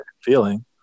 feeling